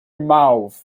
mauve